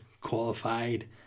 qualified